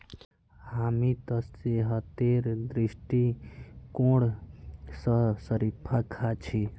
हामी त सेहतेर दृष्टिकोण स शरीफा खा छि